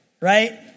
right